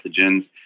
pathogens